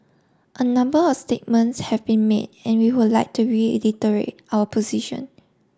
a number of statements have been made and we would like to reiterate our position